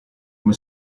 come